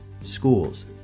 schools